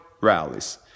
rallies